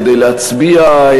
כדי להצביע,